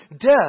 death